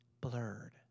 Blurred